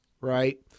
right